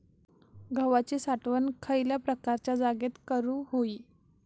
गव्हाची साठवण खयल्या प्रकारच्या जागेत करू होई?